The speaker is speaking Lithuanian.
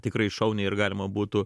tikrai šauniai ir galima būtų